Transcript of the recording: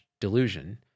delusion